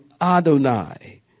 Adonai